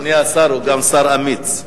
אדוני השר, הוא גם שר אמיץ.